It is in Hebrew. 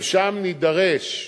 ושם נידרש,